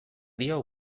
dio